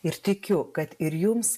ir tikiu kad ir jums